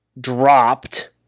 dropped